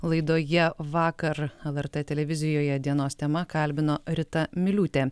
laidoje vakar lrt televizijoje dienos tema kalbino rita miliūtė